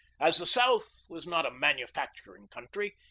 as the south was not a manufacturing country,